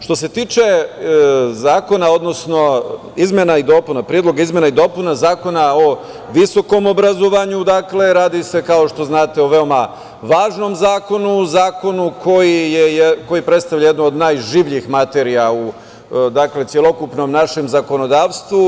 Što se tiče zakona, odnosno izmena i dopuna Zakona o visokom obrazovanju, radi se kao što znate o veoma važnom zakonu, zakoni koji predstavlja jednu od najživljih materija u celokupnom našem zakonodavstvu.